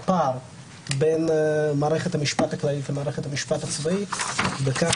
הפער בין מערכת המשפט הכללית למערכת המשפט הצבאית בכך